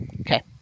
Okay